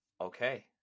Okay